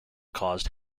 caused